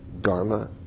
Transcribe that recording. Dharma